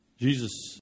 Jesus